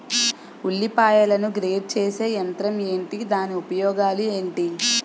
ఉల్లిపాయలను గ్రేడ్ చేసే యంత్రం ఏంటి? దాని ఉపయోగాలు ఏంటి?